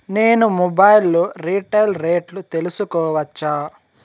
నేను మొబైల్ లో రీటైల్ రేట్లు తెలుసుకోవచ్చా?